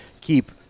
keep